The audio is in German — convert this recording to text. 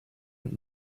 und